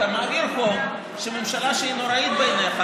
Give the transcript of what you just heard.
אתה מעביר פה שממשלה שהיא נוראית בעיניך